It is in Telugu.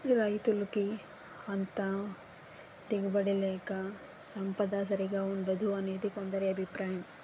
రైతులుకి అంత దిగుబడిలేక సంపద సరిగా ఉండదు అనేది కొందరి అభిప్రాయం